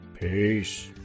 Peace